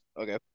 Okay